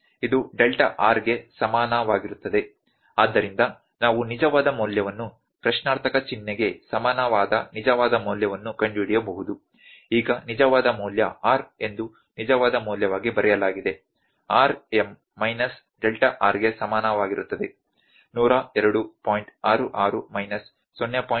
ಆದ್ದರಿಂದ ನಾವು ನಿಜವಾದ ಮೌಲ್ಯವನ್ನು ಪ್ರಶ್ನಾರ್ಥಕ ಚಿಹ್ನೆಗೆ ಸಮಾನವಾದ ನಿಜವಾದ ಮೌಲ್ಯವನ್ನು ಕಂಡುಹಿಡಿಯಬಹುದು ಈಗ ನಿಜವಾದ ಮೌಲ್ಯ R ಎಂದು ನಿಜವಾದ ಮೌಲ್ಯವಾಗಿ ಬರೆಯಲಾಗಿದೆ R m minus delta R ಗೆ ಸಮನಾಗಿರುತ್ತದೆ 102